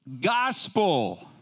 Gospel